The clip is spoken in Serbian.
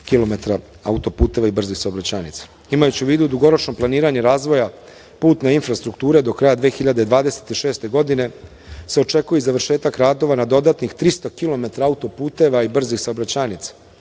autoputeva i brzih saobraćajnica. Imajući u vidu dugoročno planiranje razvoja putne infrastrukture do kraja 2026. godine se očekuje i završetak radova na dodatnih 300 kilometara autoputeva i brzih saobraćajnica.